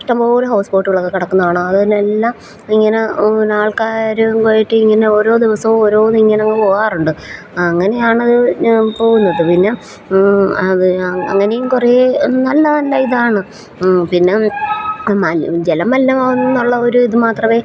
ഇഷ്ടം പോലെ ഹൗസ് ബോട്ടുകളൊക്കെ കിടക്കുന്നത് കാണാം അതിലെല്ലാം ഇങ്ങനെ ആൾക്കാരെയും കയറ്റി ഇങ്ങനെ ഓരോ ദിവസവും ഓരോന്നിങ്ങനെയങ്ങ് പോകാറുണ്ട് അങ്ങനെയാണത് പോകുന്നത് പിന്നെ അത് അങ്ങനെയും കുറേ നല്ല നല്ല ഇതാണ് പിന്നെ ജലം മലിനമാകുന്നുവെന്നുള്ള ഒരു ഇത് മാത്രമേ